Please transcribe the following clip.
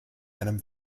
einem